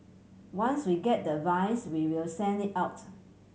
once we get the advice we will send it out